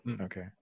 okay